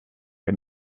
and